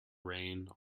rain